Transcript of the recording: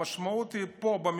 המשמעות היא פה,